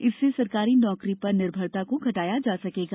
इससे सरकारी नौकरी पर निर्भरता को घटाया जा सकेगा